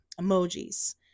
emojis